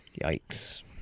Yikes